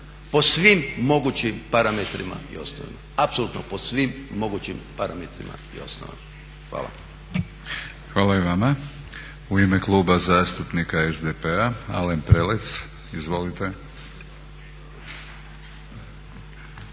po svim mogućim parametrima i osnovama. Apsolutno po svim mogućim parametrima i osnovama. Hvala. **Batinić, Milorad (HNS)** Hvala i vama. U ime Kluba zastupnika SDP-a Alen Prelec. Izvolite.